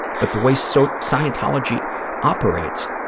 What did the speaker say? but the way so scientology operates,